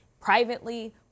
privately